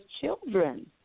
children